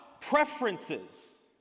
preferences